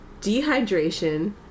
dehydration